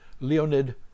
Leonid